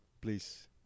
Please